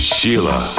Sheila